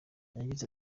yagize